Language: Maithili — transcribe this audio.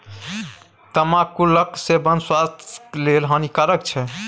तमाकुलक सेवन स्वास्थ्य लेल हानिकारक छै